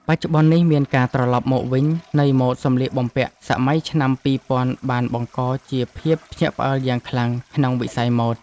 បច្ចុប្បន្ននេះមានការត្រឡប់មកវិញនៃម៉ូដសម្លៀកបំពាក់សម័យឆ្នាំពីរពាន់បានបង្កជាភាពភ្ញាក់ផ្អើលយ៉ាងខ្លាំងក្នុងវិស័យម៉ូដ។